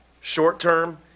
Short-term